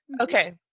okay